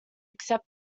accept